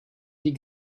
die